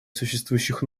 существующих